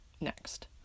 next